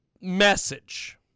message